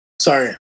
Sorry